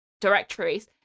directories